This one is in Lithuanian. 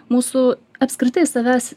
mūsų apskritai savęs